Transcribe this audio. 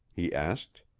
he asked.